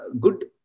good